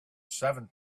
seventh